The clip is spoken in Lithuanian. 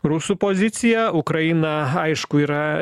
rusų pozicija ukraina aišku yra